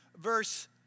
verse